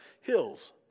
hills